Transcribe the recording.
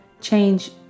change